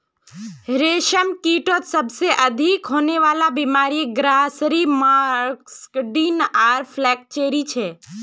रेशमकीटत सबसे अधिक होने वला बीमारि ग्रासरी मस्कार्डिन आर फ्लैचेरी छे